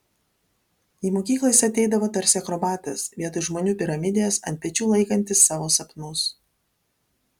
į mokyklą jis ateidavo tarsi akrobatas vietoj žmonių piramidės ant pečių laikantis savo sapnus